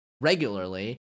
regularly